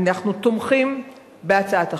אנחנו תומכים בהצעת החוק,